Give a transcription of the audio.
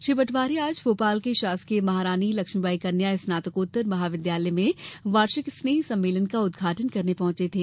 श्री पटवारी आज भोपाल के शासकीय महारानी लक्ष्मीबाई कन्या स्नातकोत्तर महाविद्यालय में वार्षिक स्नेह सम्मेलन का उद्घाटन करने पहुंचे थे